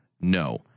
No